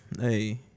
hey